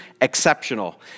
Exceptional